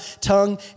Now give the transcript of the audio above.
tongue